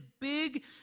big